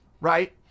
right